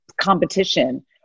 competition